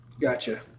gotcha